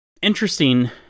Interesting